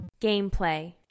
Gameplay